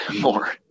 More